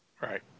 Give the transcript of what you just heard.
Right